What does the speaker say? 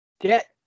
get